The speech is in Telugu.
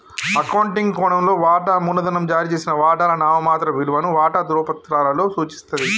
అకౌంటింగ్ కోణంలో, వాటా మూలధనం జారీ చేసిన వాటాల నామమాత్రపు విలువను వాటా ధృవపత్రాలలో సూచిస్తది